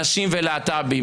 נשים ולהט"בים.